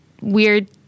weird